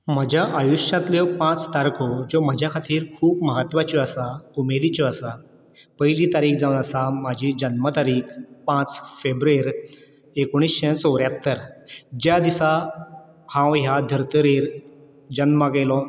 म्हज्या आयुश्यातल्यो पांच तारखो ज्यो म्हज्या खातीर खूब म्हत्वाच्यो आसा उमेदीच्यो आसा पयली तारीक जावन आसा म्हजी जल्म तारीक पांच फेब्रेर एकोणिशें चवऱ्यात्तर ज्या दिसा हांव ह्या धर्तरेर जन्माक येयलो